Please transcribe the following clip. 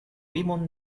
rimon